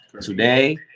today